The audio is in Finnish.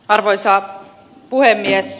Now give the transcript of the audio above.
arvoisa puhemies